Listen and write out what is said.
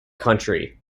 country